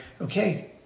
okay